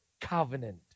covenant